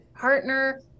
partner